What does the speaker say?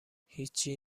هیچچی